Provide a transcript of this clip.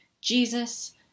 Jesus